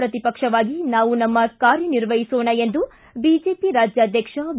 ಪ್ರತಿಪಕ್ಷವಾಗಿ ನಾವು ನಮ್ಮ ಕಾರ್ಐ ನಿರ್ವಹಿಸೋಣ ಎಂದು ಬಿಜೆಪಿ ರಾಜ್ಯಾಧ್ವಕ್ಷ ಬಿ